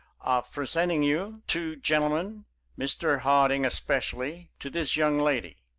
of presenting you two gentlemen mr. harding especially to this young lady.